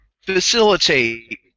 facilitate